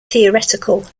theoretical